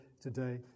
today